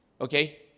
Okay